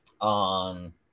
on